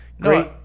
great